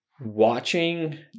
watching